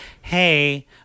Hey